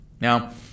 Now